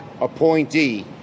appointee